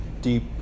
deep